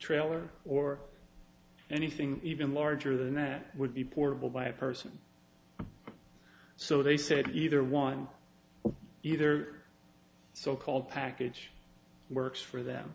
trailer or anything even larger than that would be portable by a person so they said either one either so called package works for them